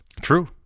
True